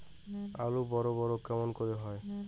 আলু বড় বড় কেমন করে হয়?